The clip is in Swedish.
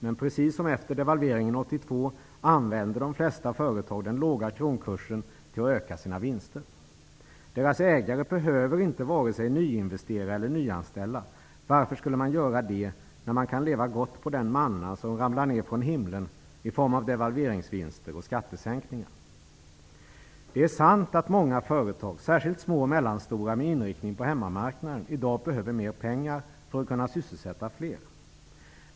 Men precis som efter devalveringen 1982 använder de flesta företag fördelen med den låga kronkursen till att öka sina vinster. Deras ägare behöver inte vare sig nyinvestera eller nyanställa. Varför skulle man göra det när man kan leva gott på den manna som ramlar ner från himlen i form av devalveringsvinster och skattesänkningar? Det är sant att många företag, särskilt små och mellanstora företag med inriktning på hemmamarknaden, i dag behöver mer pengar för att kunna sysselsätta fler människor.